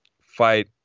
fight